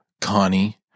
Connie